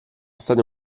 state